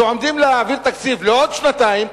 עומדים להעביר תקציב לעוד שנתיים,